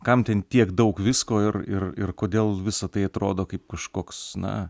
kam ten tiek daug visko ir ir ir kodėl visa tai atrodo kaip kažkoks na